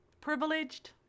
privileged